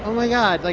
my god, like,